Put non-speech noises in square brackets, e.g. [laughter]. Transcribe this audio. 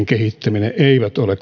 [unintelligible] kehittyminen eivät ole [unintelligible]